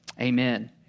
Amen